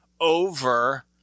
Over